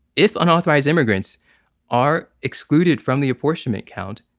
if unauthorized immigrants are excluded from the apportionment count,